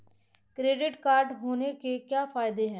Credit card होने के क्या फायदे हैं?